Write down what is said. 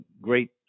great